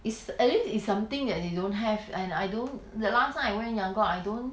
it's at least it's something that they don't have and I don't the last time I went yangon I don't